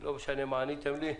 לא משנה מה עניתם לי.